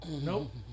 Nope